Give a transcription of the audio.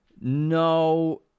No